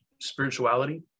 spirituality